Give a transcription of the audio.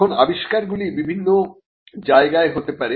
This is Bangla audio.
এখন আবিষ্কারগুলি বিভিন্ন জায়গায় হতে পারে